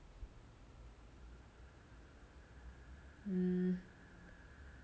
mm